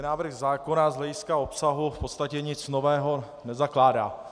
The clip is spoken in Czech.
Návrh zákona z hlediska obsahu v podstatě nic nového nezakládá.